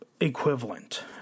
equivalent